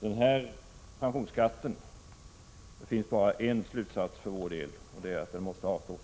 Det finns bara en slutsats för vår del: Förslaget om pensionsskatt måste avslås.